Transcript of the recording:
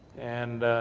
and